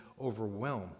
overwhelm